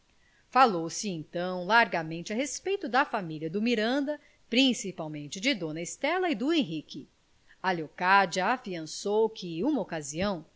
falou-se então largamente a respeito da família do miranda principalmente de dona estela e do henrique a leocádia afiançou que numa ocasião